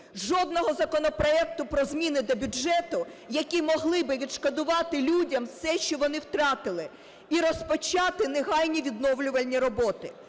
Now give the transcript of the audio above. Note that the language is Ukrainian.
жодного законопроекту про зміни до бюджету, які могли би відшкодувати людям все, що вони втратили, і розпочати негайні відновлювані роботи.